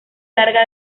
larga